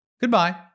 Goodbye